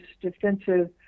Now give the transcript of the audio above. defensive